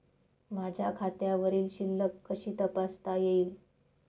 माझ्या खात्यावरील शिल्लक कशी तपासता येईल?